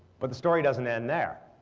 but the story doesn't end there.